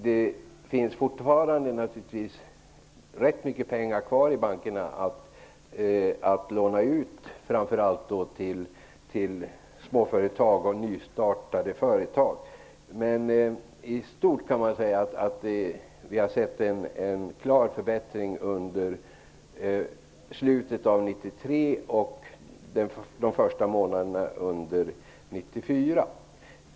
Det finns fortfarande mycket pengar kvar i bankerna att låna ut till framför allt småföretag och nystartade företag. Vi har kunnat notera en klar förbättring under slutet av 1993 och de första månaderna 1994.